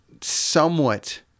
somewhat